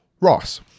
Ross